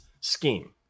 scheme